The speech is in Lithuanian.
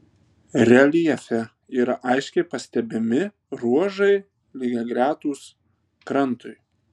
reljefe yra aiškiai pastebimi ruožai lygiagretūs krantui